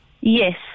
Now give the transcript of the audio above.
Yes